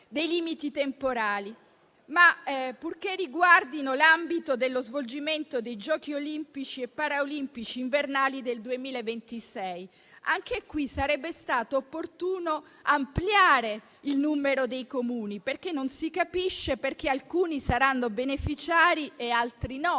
dei limiti temporali, purché riguardino l'ambito dello svolgimento dei giochi olimpici e paraolimpici invernali del 2026. Anche qui sarebbe stato opportuno ampliare il numero dei Comuni, perché non si capisce perché alcuni saranno beneficiari e altri no,